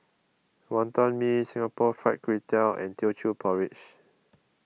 Wonton Mee Singapore Fried Kway Tiao and Teochew Porridge